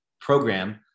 program